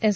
S